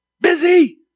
Busy